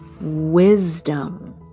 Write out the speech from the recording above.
wisdom